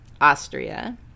Austria